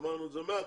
אמרנו את זה מההתחלה,